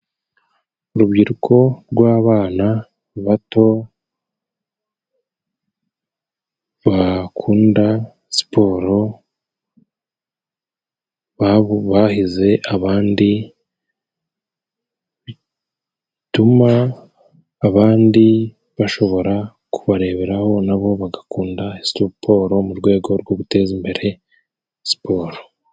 Urubyiruko rw'abana bato bakunda siporo bahize abandi, bituma abandi bashobora kubareberaho nabo bagakunda siporo, mu rwego rwo guteza imbere siporo.